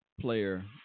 player